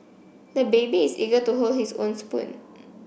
the baby is eager to hold his own spoon